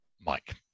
mike